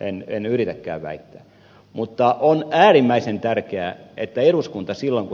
en väitä niin en yritäkään väittää mutta on äärimmäisen tärkeää että silloin kun